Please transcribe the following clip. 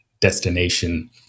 destination